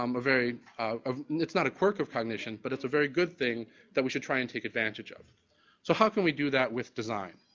um a very it's not a quirk of cognition, but it's a very good thing that we should try and take advantage of. so how can we do that with design?